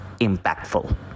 impactful